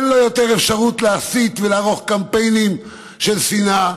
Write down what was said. אין לו יותר אפשרת להסית ולערוך קמפיינים של שנאה